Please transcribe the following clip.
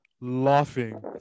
laughing